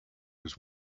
was